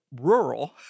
rural